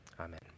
Amen